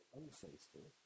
unfaithful